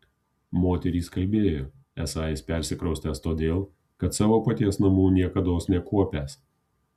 moterys kalbėjo esą jis persikraustęs todėl kad savo paties namų niekados nekuopęs